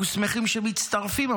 אנחנו שמחים שמצטרפים,